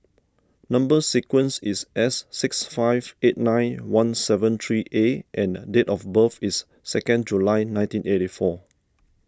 Number Sequence is S six five eight nine one seven three A and date of birth is second July nineteen eighty four